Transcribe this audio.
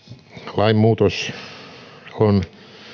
lainmuutos on